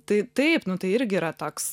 tai taip nu tai irgi yra toks